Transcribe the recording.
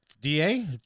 DA